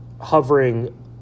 hovering